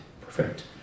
Perfect